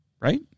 Right